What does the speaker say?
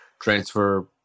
transfer